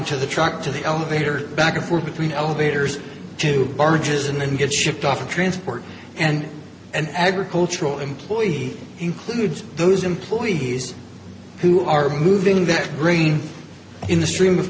to the truck to the elevator back and forth between elevators to barges and then gets shipped off to transport and and agricultural employee includes those employee he's who are moving their grain in the stream of